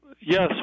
Yes